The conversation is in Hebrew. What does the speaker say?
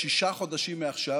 שישה חודשים מעכשיו